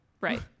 Right